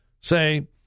say